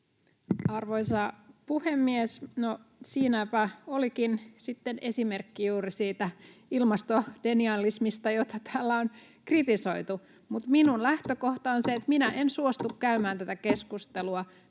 Arvoisa puhemies! No, siinäpä olikin sitten esimerkki juuri siitä ilmastodenialismista, jota täällä on kritisoitu. Mutta minun lähtökohtani on se, että minä en suostu käymään tätä keskustelua.